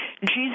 Jesus